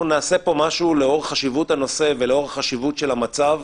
לאור חשיבות הנושא ולאור חשיבות המצב,